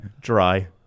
dry